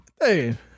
hey